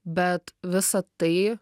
bet visa tai